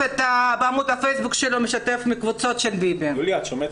בעמוד הפייסבוק שלו את הקבוצות של נתניהו.